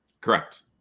Correct